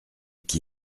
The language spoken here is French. qui